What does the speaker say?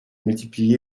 multiplié